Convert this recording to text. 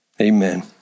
Amen